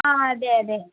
ആ അതെ അതെ